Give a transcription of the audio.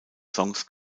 songs